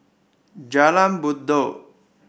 Jalan Buroh